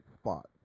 spot